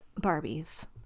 Barbies